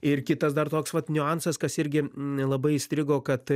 ir kitas dar toks vat niuansas kas irgi labai įstrigo kad